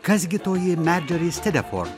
kas gi toji mediori stedapor